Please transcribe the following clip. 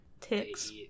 Ticks